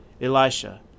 Elisha